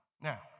now